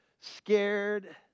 scared